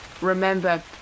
remember